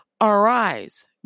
arise